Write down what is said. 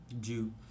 Jew